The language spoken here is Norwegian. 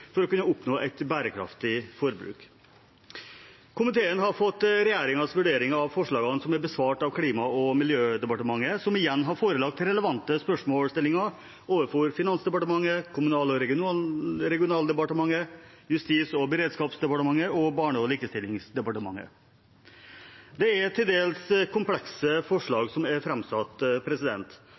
for å kunne oppnå et bærekraftig forbruk. Komiteen har fått regjeringens vurdering av forslagene, som er besvart av Klima- og miljødepartementet, som igjen har forelagt relevante spørsmålsstillinger for Finansdepartementet, Kommunal- og regionaldepartementet, Justis- og beredskapsdepartementet og Barne- og likestillingsdepartementet. Det er til dels komplekse forslag som er